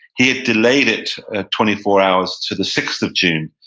he had delayed it twenty four hours to the sixth of june.